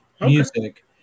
music